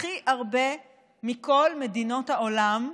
הכי הרבה מכל מדינות העולם?